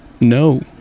No